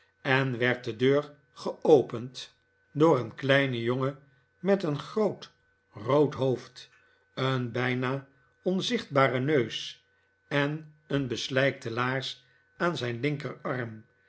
en werd de deur geopend door een kleinen jongen met een groot rood hoofd een bijna onzichtbaren neus en een beslijkte laars aan zijn linkerarm